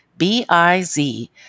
B-I-Z